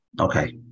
Okay